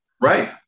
Right